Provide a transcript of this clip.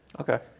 Okay